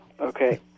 Okay